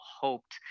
hoped